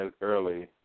early